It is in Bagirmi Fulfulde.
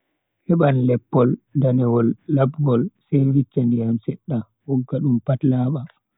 Heban leppol, danewol, labngol, sai viccha ndiyam sedda, wogga dum pat laaba.